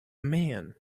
man